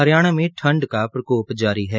हरियाणा में ठंड का प्रकोप जारी है